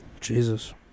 Jesus